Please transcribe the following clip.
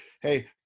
hey